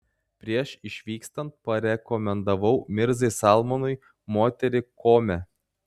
prieš išvykstant parekomendavau mirzai salmanui moterį kome